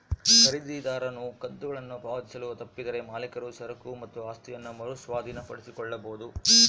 ಖರೀದಿದಾರನು ಕಂತುಗಳನ್ನು ಪಾವತಿಸಲು ತಪ್ಪಿದರೆ ಮಾಲೀಕರು ಸರಕು ಮತ್ತು ಆಸ್ತಿಯನ್ನ ಮರು ಸ್ವಾಧೀನಪಡಿಸಿಕೊಳ್ಳಬೊದು